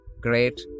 Great